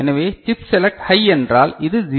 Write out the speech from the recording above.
எனவே chip select high என்றால் இது 0